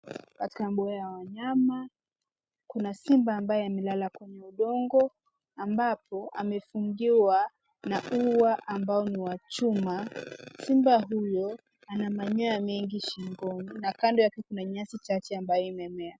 Katika mbuga ya wanyama, kuna simba ambaye amelala kwenye udongo ambapo amefungiwa na ua ambao ni wa chuma. Simba huyu ana manyoya mengi shingoni na kando yake kuna nyasi chache ambayo imemea.